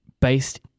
based